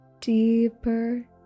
Deeper